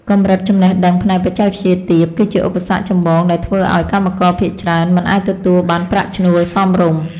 កម្រិតចំណេះដឹងផ្នែកបច្ចេកវិទ្យាទាប គឺជាឧបសគ្គចម្បងដែលធ្វើឱ្យកម្មករភាគច្រើនមិនអាចទទួលបានប្រាក់ឈ្នួលសមរម្យ។